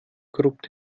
korrupt